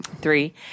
Three